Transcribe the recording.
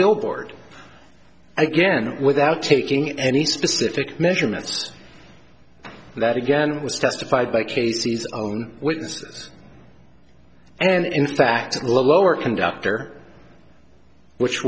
billboard again without taking any specific measurements that again was testified by casey's own witnesses and in fact a lower conductor which